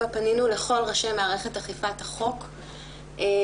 פנינו לכל ראשי מערכת אכיפת החוק ליישם,